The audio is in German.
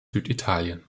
süditalien